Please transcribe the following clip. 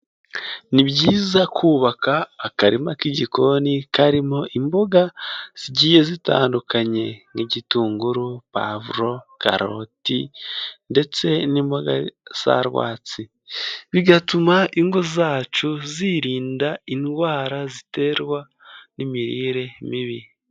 Ni byiza kubaka akarina k’ igikoni karimo imboga zigiye zitandukanye nk’ igitunguru, pavuro, karoti ndetse n’ imboga za rwatsi. Bigatuma ingo zacu zirinda indwara ziterwa n’ imirire mibi.